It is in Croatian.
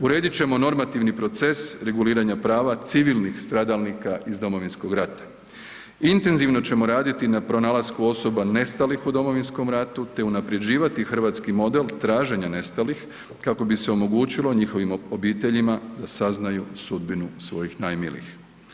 Uredit ćemo normativni proces reguliranja prava civilnih stradalnika iz Domovinskog rata, intenzivno ćemo raditi na pronalasku osoba nestalih u Domovinskom ratu, te unapređivati hrvatski model traženja nestalih kako bi se omogućilo njihovim obiteljima da saznaju sudbinu svojih najmilijih.